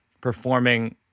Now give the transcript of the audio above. performing